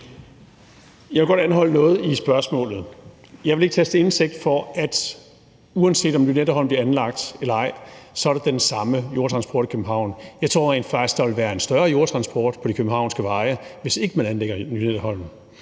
Jeg vil godt anholde noget i spørgsmålet. Jeg vil ikke tages til indtægt for, at der, uanset om Lynetteholmen bliver anlagt eller ej, vil være den samme jordtransport i København. Jeg tror rent faktisk, der vil være en større jordtransport på de københavnske veje, hvis ikke man anlægger Lynetteholmen,